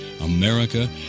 America